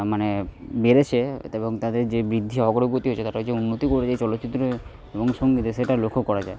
মানে বেড়েছে এবং তাদের যে বৃদ্ধি অগ্রগতি হয়েছে তারাও যে উন্নতি করেছে চলচ্চিত্রে এবং সঙ্গীতে সেটা লক্ষ্য করা যায়